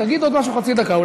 תגיד עוד משהו חצי דקה,